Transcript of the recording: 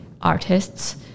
artists